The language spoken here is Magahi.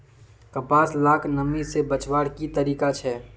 कपास लाक नमी से बचवार की तरीका छे?